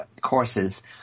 courses